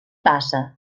passa